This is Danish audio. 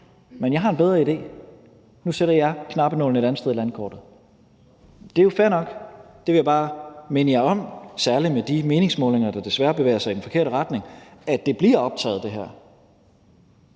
men jeg har en bedre idé, og nu sætter jeg knappenålen et andet sted på landkortet? Det er fair nok, men jeg vil bare minde jer om – særlig med de meningsmålinger, der desværre bevæger sig i den forkerte retning – at det her bliver optaget. Og så